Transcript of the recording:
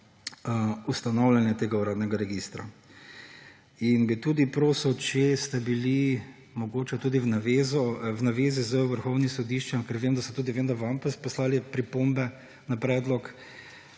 ustanavljanja uradnega registra. Prosil bi, če ste bili mogoče v navezi z Vrhovnim sodiščem, ker vem, da so tudi vam poslali pripombe na predlog